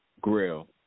grill